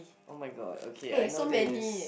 oh-my-god okay I know this